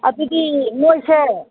ꯑꯗꯨꯗꯤ ꯅꯣꯏꯁꯦ